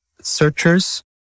searchers